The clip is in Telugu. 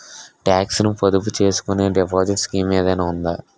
టాక్స్ ను పొదుపు చేసుకునే డిపాజిట్ స్కీం ఏదైనా ఉందా?